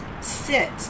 sit